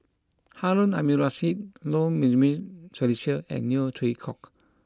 Harun Aminurrashid Low Jimenez Felicia and Neo Chwee Kok